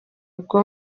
bwo